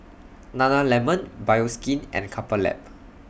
Nana Lemon Bioskin and Couple Lab